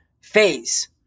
phase